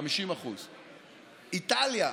50%. איטליה,